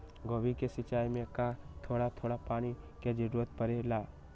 गोभी के सिचाई में का थोड़ा थोड़ा पानी के जरूरत परे ला?